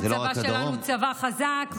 הצבא שלנו הוא צבא חזק,